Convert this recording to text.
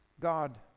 God